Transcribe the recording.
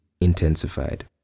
intensified